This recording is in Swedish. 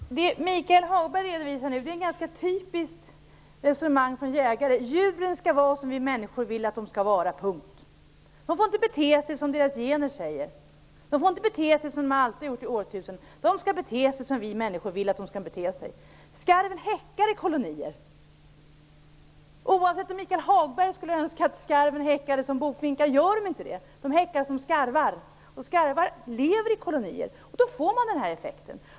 Fru talman! Det Michael Hagberg nu redovisar är ett ganska typiskt resonemang från jägare. Djuren skall vara som vi människor vill att de skall vara, punkt. De får inte bete sig som deras gener säger. De får inte bete sig som de alltid har gjort under årtusenden. De skall bete sig som vi människor vill att de skall bete sig. Skarven häckar i kolonier. Oavsett om Michael Hagberg skulle önska att skarven häckade som bofinkar gör de inte det. De häckar som skarvar. Skarvar lever i kolonier, och då får man den här effekten.